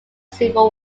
civil